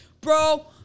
bro